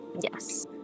yes